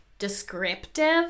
descriptive